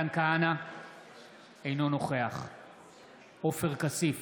אינו נוכח עופר כסיף,